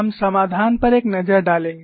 हम समाधान पर एक नजर डालेंगे